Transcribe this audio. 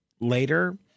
later